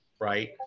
right